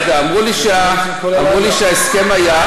לא יודע, אמרו לי שההסכם היה,